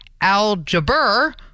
algebra